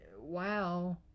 Wow